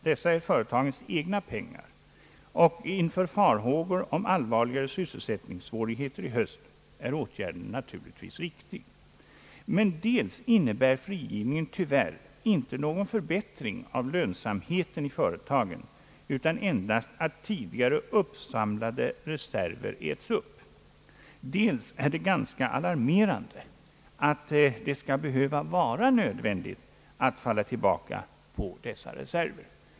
Dessa är företagens egna pengar, och inför farhågor om allvarligare sysselsättningssvårigheter i höst är åtgärden naturligtvis riktig, men dels innebär frigivningen tyvärr inte någon förbättring av lönsamheten i företagen utan endast att tidigare uppsamlade reserver äts upp, dels är det ganska alarmerande att det skall behöva vara nödvändigt att falla tillbaka på dessa reserver.